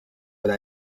oder